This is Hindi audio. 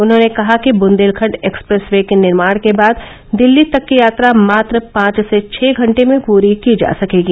उन्होंने कहा कि बुन्देलखण्ड एक्सप्रेस वे के निर्माण के बाद दिल्ली तक की यात्रा मात्र पांच से छः घंटे में पूरी की जा सकेगी